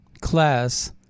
class